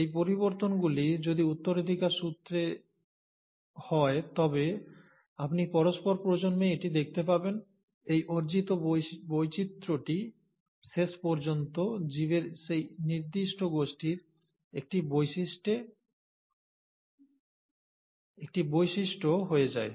এই পরিবর্তনগুলি যদি উত্তরাধিকারসূত্রে হয় তবে আপনি পরস্পর প্রজন্মে এটি দেখতে পাবেন এই অর্জিত বৈচিত্রটি শেষ পর্যন্ত জীবের সেই নির্দিষ্ট গোষ্ঠীর একটি বৈশিষ্ট্য হয়ে যায়